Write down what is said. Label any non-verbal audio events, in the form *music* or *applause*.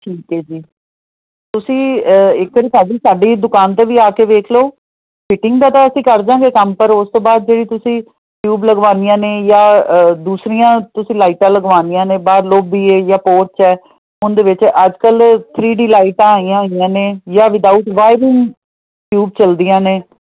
ਠੀਕ ਹੈ ਜੀ ਤੁਸੀਂ ਅ ਇੱਕ ਵਾਰੀ ਭਾਅ ਜੀ ਸਾਡੀ ਸਾਡੀ ਦੁਕਾਨ 'ਤੇ ਵੀ ਆ ਕੇ ਵੇਖ ਲਓ ਫਿਟਿੰਗ ਦਾ ਤਾਂ ਅਸੀਂ ਕਰ ਦਾਂਗੇ ਕੰਮ ਪਰ ਉਸ ਤੋਂ ਬਾਅਦ ਜਿਹੜੀ ਤੁਸੀਂ ਟਿਊਬ ਲਗਵਾਉਂਣੀਆਂ ਨੇ ਜਾਂ ਦੂਸਰੀਆਂ ਤੁਸੀਂ ਲਾਈਟਾਂ ਲਗਵਾਉਂਦੀਆਂ ਨੇ ਬਾਹਰ ਲੋਬੀ ਆ ਜਾਂ ਪੋਰਚ ਹੈ ਉਹਦੇ ਵਿੱਚ ਅੱਜ ਕੱਲ੍ਹ ਥਰੀ ਜੀ ਲਾਈਟਾਂ ਆਈਆਂ ਹੋਈਆਂ ਨੇ ਜਾਂ ਵਿਦਾਊਟ *unintelligible* ਟਿਊਬ ਚਲਦੀਆਂ ਨੇ